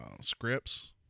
scripts